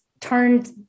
turned